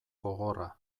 gogorra